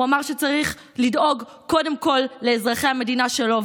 הוא אמר שצריך לדאוג קודם כול לאזרחי המדינה שלו.